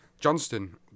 Johnston